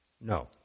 No